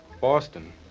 Boston